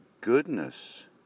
goodness